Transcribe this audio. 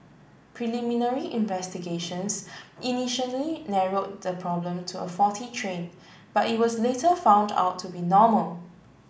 preliminary investigations initially narrowed the problem to a faulty train but it was later found out to be normal